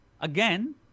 again